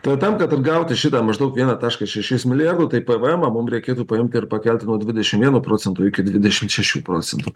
tad tam kad atgauti šitą maždaug vieną taškas šešis milijardo tai pevemą mums reikėtų paimti ir pakelti nuo dvidešim vieno procento iki dvidešimt šešių procentų